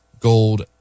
gold